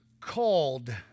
called